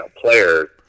players